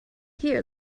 here